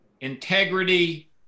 integrity